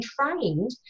trained